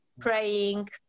praying